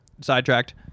sidetracked